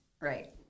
Right